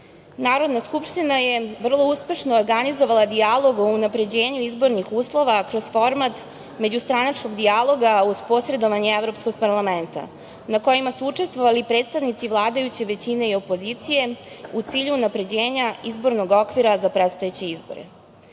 skupština je vrlo uspešno organizovala dijalog o unapređenju izbornih uslova kroz format Međustranačkog dijaloga uz posredovanje Evropskog parlamenta, na kojima su učestvovali predstavnici vladajuće većine i opozicije, u cilju unapređenja izbornog okvira za predstojeće